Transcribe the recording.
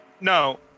No